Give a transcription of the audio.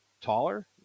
taller